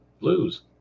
blues